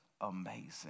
amazing